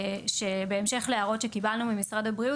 שבהמשך להערות שקיבלנו ממשרד הבריאות,